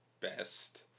best